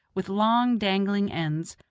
with long, dangling ends,